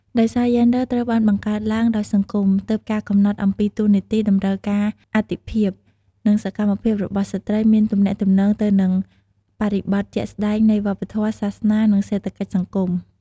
ដោយសារយេនឌ័រ ត្រូវបានបង្កើតឡើងដោយសង្គម ទើបការកំណត់អំពីតួនាទីតម្រូវការអាទិភាព និងសកម្មភាពរបស់ស្រ្តីមានទំនាក់ទំនងទៅនឹងបរិបទជាក់ស្តែងនៃវប្បធម៌ សាសនា និងសេដ្ឋកិច្ចសង្គម ។